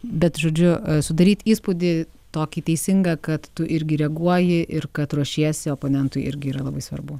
bet žodžiu sudaryt įspūdį tokį teisingą kad tu irgi reaguoji ir kad ruošiesi oponentui irgi yra labai svarbu